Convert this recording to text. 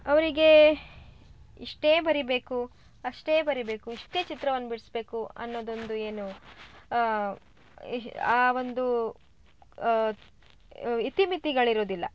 ಅವರಿಗೇ ಇಷ್ಟೇ ಬರಿಬೇಕು ಅಷ್ಟೇ ಬರಿಬೇಕು ಇಷ್ಟೇ ಚಿತ್ರವನ್ನು ಬಿಡಿಸ್ಬೇಕು ಅನ್ನೋದೊಂದು ಏನು ಆ ಒಂದೂ ಇತಿಮಿತಿಗಳು ಇರೋದಿಲ್ಲ